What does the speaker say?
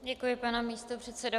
Děkuji, pane místopředsedo.